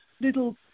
little